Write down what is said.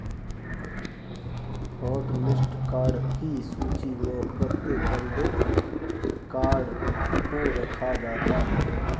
hotlist card की सूची में प्रतिबंधित कार्ड को रखा जाता है